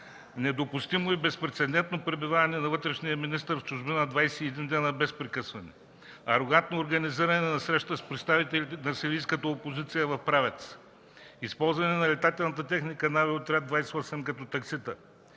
недопустимо и безпрецедентно пребиваване на вътрешния министър в чужбина 21 дни без прекъсване; арогантно организиране на среща с представители на сирийската опозиция в Правец; използване на летателната техника на Авиотряд 28 като таксита;